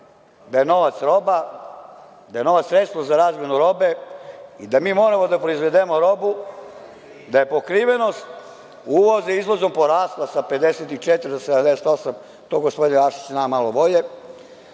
da je novac roba, da je novac sredstvo za razmenu robe i da moramo da proizvedemo robu, da je pokrivenost uvoza izvozom porasla sa 54 na 78, to gospodin Arsić zna malo bolje.